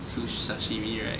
sush~ sashimi right